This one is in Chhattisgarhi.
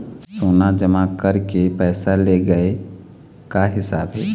सोना जमा करके पैसा ले गए का हिसाब हे?